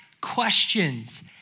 questions